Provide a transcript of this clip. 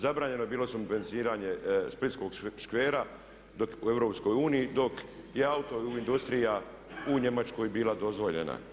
Zabranjeno je bilo subvencioniranje splitskog škvera dok u EU, dok je auto industrija u Njemačkoj bila dozvoljena.